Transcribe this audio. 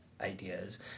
ideas